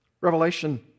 Revelation